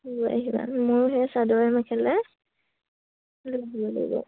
আহিবা মোৰ সেই চাদৰ মেখেলে লৈ আহিব লাগিব